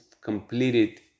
completed